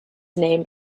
named